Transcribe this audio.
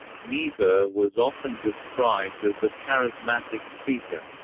niebuhr was often described as a charismatic speaker.